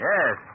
Yes